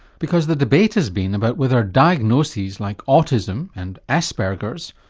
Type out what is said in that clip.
because the debate has been about whether diagnoses like autism and asperger's,